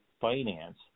finance